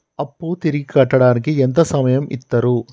అప్పు తిరిగి కట్టడానికి ఎంత సమయం ఇత్తరు?